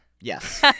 Yes